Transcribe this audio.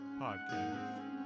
Podcast